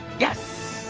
yes!